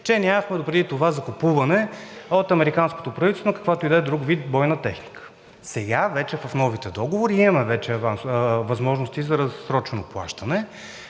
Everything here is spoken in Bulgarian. че нямахме допреди това закупуване от американското правителство на какъвто и да е друг вид бойна техника. Сега вече в новите договори имаме възможности за разсрочено плащане,